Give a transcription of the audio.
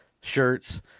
shirts